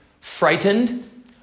Frightened